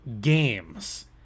games